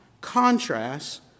contrasts